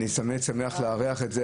אני תמיד שמח לארח את זה.